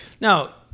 Now-